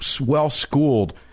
well-schooled